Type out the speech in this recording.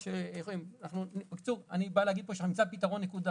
אני בא להגיד פה שנמצא פתרון נקודתי.